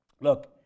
Look